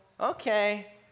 okay